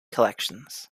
collections